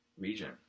region